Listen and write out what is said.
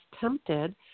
tempted